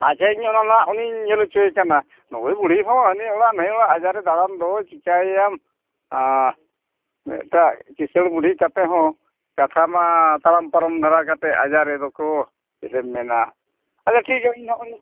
ᱟᱪᱪᱷᱟ ᱤᱧ ᱚᱱᱟ ᱦᱟᱸᱜ ᱩᱱᱤᱧ ᱧᱮᱞ ᱚᱪᱚᱭᱮ ᱠᱟᱱᱟ ᱱᱩᱭ ᱵᱩᱲᱦᱤ ᱦᱚᱸ ᱦᱟᱹᱱᱤ ᱚᱲᱟᱜ ᱱᱟᱹᱭ ᱚᱲᱟᱜ ᱟᱡᱟᱨᱮ ᱫᱟᱬᱟᱱ ᱫᱚᱭ ᱪᱤᱠᱟᱭ ᱭᱟᱢ ᱢᱮᱫᱴᱟᱝ ᱠᱤᱥᱟᱹᱬ ᱵᱩᱲᱦᱤ ᱠᱟᱛᱮ ᱦᱚᱸ ᱠᱟᱛᱷᱟᱢᱟ ᱛᱟᱲᱟᱢ ᱯᱟᱨᱚᱢ ᱫᱷᱟᱨᱟ ᱠᱟᱛᱮ ᱟᱡᱟᱨᱤ ᱠᱚ ᱪᱮᱫ ᱮᱢ ᱢᱮᱱᱟ ᱟᱪᱪᱷᱟ ᱴᱷᱤᱠ ᱜᱮᱭᱟ ᱤᱧ ᱱᱚᱜᱼᱚᱸᱭ